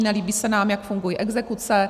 Nelíbí se nám, jak fungují exekuce.